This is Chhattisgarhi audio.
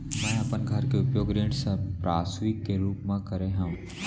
मै अपन घर के उपयोग ऋण संपार्श्विक के रूप मा करे हव